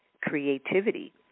creativity